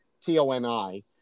T-O-N-I